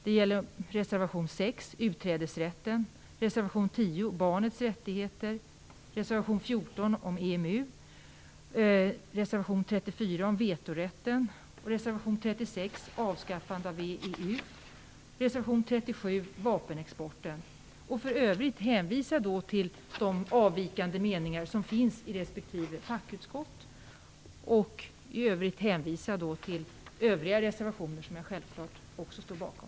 Det gäller reservation 1 om EU:s övergripande karaktär, reservation 6 VEU och reservation 37 om vapenexporten. För övrigt vill jag hänvisa till de avvikande meningar som finns i respektive fackutskott och i övrigt till övriga reservationer som jag självklart också står bakom.